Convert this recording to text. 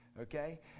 Okay